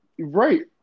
right